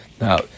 Now